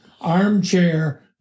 armchair